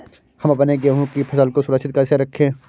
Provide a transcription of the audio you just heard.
हम अपने गेहूँ की फसल को सुरक्षित कैसे रखें?